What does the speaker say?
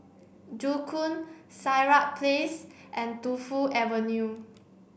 Joo Koon Sirat Place and Tu Fu Avenue